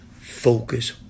Focus